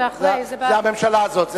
זו הממשלה הזאת.